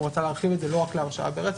והוא רצה להרחיב לא רק להרשעה ברצח,